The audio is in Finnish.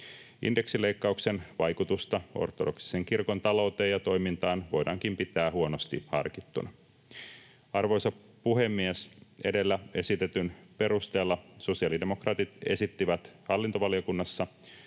Indeksileikkauksen vaikutusta ortodoksisen kirkon talouteen ja toimintaan voidaankin pitää huonosti harkittuna. Arvoisa puhemies! Edellä esitetyn perusteella sosiaalidemokraatit esittivät hallintovaliokunnassa